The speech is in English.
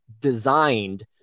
designed